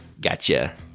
gotcha